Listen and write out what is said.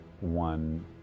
one